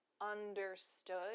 understood